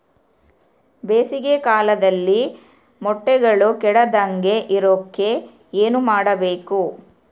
ಬೇಸಿಗೆ ಕಾಲದಲ್ಲಿ ಮೊಟ್ಟೆಗಳು ಕೆಡದಂಗೆ ಇರೋಕೆ ಏನು ಮಾಡಬೇಕು?